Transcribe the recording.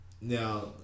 Now